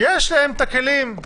יש להם את הכלים.